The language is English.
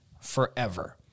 forever